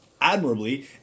admirably